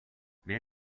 wer